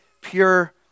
pure